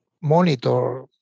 monitor